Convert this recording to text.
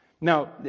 Now